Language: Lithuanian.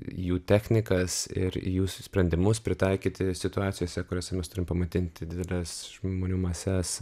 jų technikas ir jūsų sprendimus pritaikyti situacijose kuriose mes turim pamaitinti dideles žmonių mases